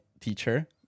teacher